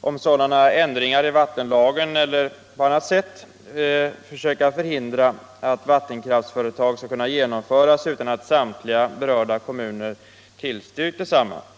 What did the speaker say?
om sådana ändringar i vattenlagen eller på annat sätt som gör det möjligt att förhindra att vattenkraftsföretag skall kunna genomföras utan att samtliga berörda kommuner tillstyrkt företaget.